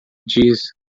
diz